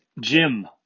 Jim